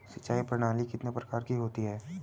सिंचाई प्रणाली कितने प्रकार की होती हैं?